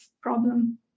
problem